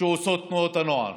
שעושות תנועות הנוער,